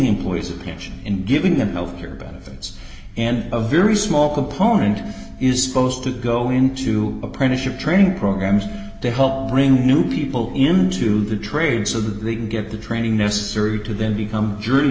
employees a pension and giving them health care benefits and a very small component is supposed to go into apprenticeship training programs to help bring new people into the trade so that they can get the training necessary to then become